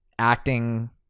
acting